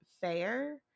fair